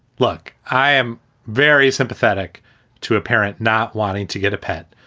look, i am very sympathetic to a parent not wanting to get a pet.